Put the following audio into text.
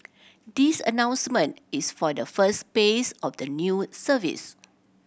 this announcement is for the first phase of the new service